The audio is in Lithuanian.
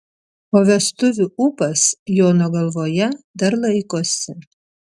o vestuvių ūpas jono galvoje dar laikosi